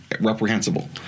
reprehensible